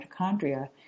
mitochondria